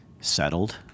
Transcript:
settled